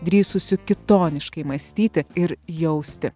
drįsusių kitoniškai mąstyti ir jausti